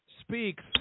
speaks